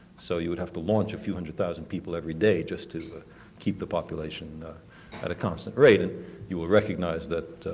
so you would have to launch a few hundred thousand people every day just to keep the population at a constant rate. and you would ah recognize that,